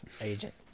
agent